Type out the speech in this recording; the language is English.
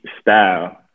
style